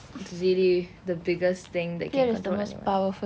it's really the biggest thing that can control your mind